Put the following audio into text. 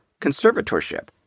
conservatorship